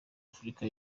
afurika